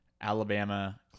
Alabama